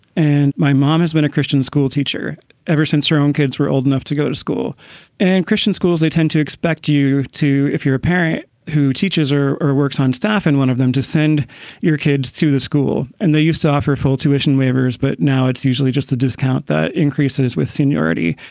and my mom has been a christian schoolteacher ever since her own kids were old enough to go to school and christian schools. they tend to expect you you to if you're a parent who teaches or or works on staff and one of them to send your kids to the school. and they used to offer full tuition waivers, but now it's usually just a discount that increases with seniority.